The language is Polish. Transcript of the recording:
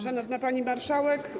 Szanowna Pani Marszałek!